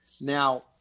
Now